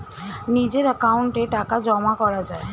নিজের অ্যাকাউন্টে টাকা জমা করা যায়